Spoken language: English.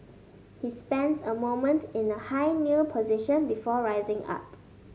he spends a moment in a high kneel position before rising up